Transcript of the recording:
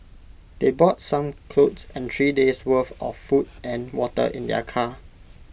they brought some clothes and three days' worth of food and water in their car